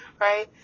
right